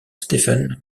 stephen